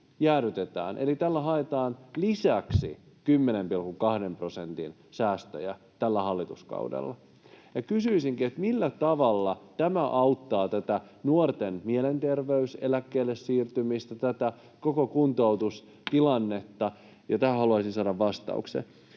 eli tällä haetaan lisäksi 10,2 prosentin säästöjä tällä hallituskaudella. Kysyisinkin, millä tavalla tämä auttaa tätä nuorten mielenterveyseläkkeelle siirtymistä, tätä koko kuntoutustilannetta. Tähän haluaisin saada vastauksen.